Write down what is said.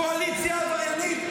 קואליציה עבריינית,